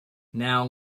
now